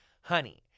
Honey